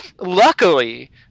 luckily